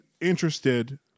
interested